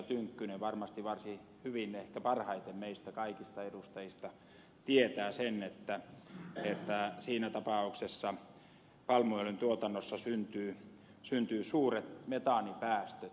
tynkkynen varmasti varsin hyvin ehkä parhaiten meistä kaikista edustajista tietää sen että siinä tapauksessa palmuöljyn tuotannossa syntyvät suuret metaanipäästöt